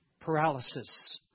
paralysis